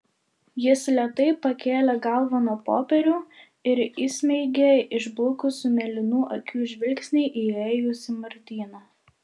jis lėtai pakėlė galvą nuo popierių ir įsmeigė išblukusių mėlynų akių žvilgsnį į įėjusį martyną